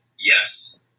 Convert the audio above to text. yes